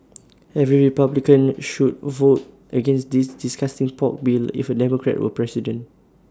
every republican should vote against this disgusting pork bill if A Democrat were president